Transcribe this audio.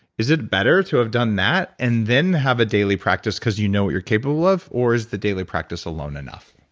is it better to have done that and then have a daily practice because you know what you're capable of? or is the daily practice alone enough?